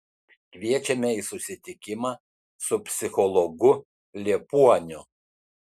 kviečiame į susitikimą su psichologu liepuoniu